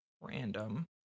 random